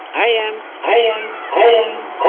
i am, i am, um